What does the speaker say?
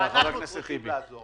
ואנחנו צריכים לעזור להם.